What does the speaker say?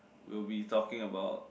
we will be talking about